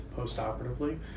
postoperatively